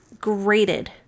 grated